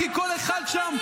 כי כל אחד שם,